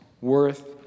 worth